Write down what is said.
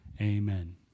Amen